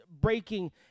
breaking